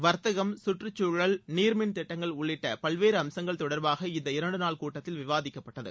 வர்த்தகம் கற்றுச்சூழல் நீரிமின் திட்டங்கள் உள்ளிட்ட பல்வேறு அம்சங்கள் தொடர்பான இந்த இரண்டுநாள் கூட்டத்தில் விவாதிக்கப்பட்டது